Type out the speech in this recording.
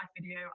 video